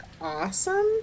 awesome